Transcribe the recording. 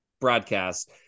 broadcast